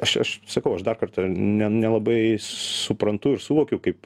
aš aš sakau aš dar kartą ne nelabai suprantu ir suvokiu kaip